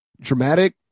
dramatic